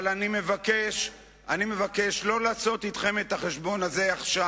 אני מבקש לא לעשות אתכם עכשיו,